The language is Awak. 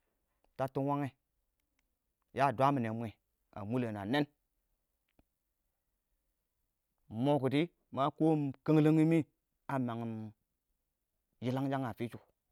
tabtin wangɛ yaa dwa mɪne mwɛ, a mul5n a nɛɛn, ingmo kiɪdɪ ma kɔɔm kənləngi mɪ a mangim yilanshag a fishɔ.